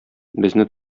безне